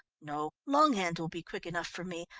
no, longhand will be quick enough for me.